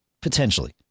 potentially